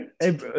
Hey